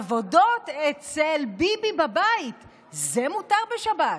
עבודות אצל ביבי בבית זה מותר בשבת.